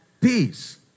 peace